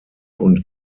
und